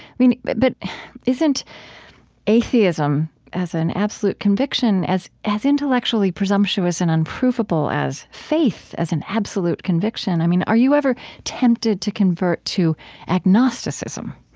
but but isn't atheism as an absolute conviction as as intellectually presumptuous and unprovable as faith as an absolute conviction? i mean, are you ever tempted to convert to agnosticism?